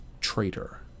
traitor